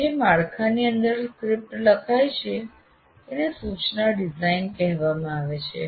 જે માળખાની અંદર સ્ક્રિપ્ટ લખાય છે તેને સૂચના ડિઝાઇન કહેવામાં આવે છે